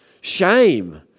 shame